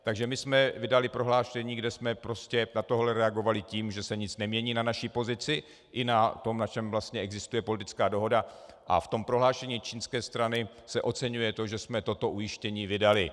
Takže my jsme vydali prohlášení, kde jsme na tohle reagovali tím, že se nic nemění na naší pozici i na tom, na čem vlastně existuje politická dohoda, a v prohlášení čínské strany se oceňuje to, že jsme toto ujištění vydali.